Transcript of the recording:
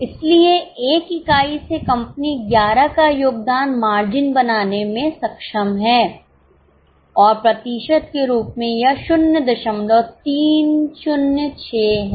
इसलिए एक इकाई से कंपनी 11 का योगदान मार्जिन बनाने में सक्षम है और प्रतिशत के रूप में यह 0306 है